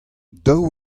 daou